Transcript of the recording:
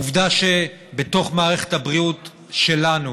העובדה שבתוך מערכת הבריאות שלנו